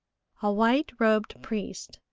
a white-robed priest,